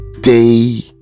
day